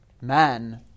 man